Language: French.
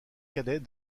cadet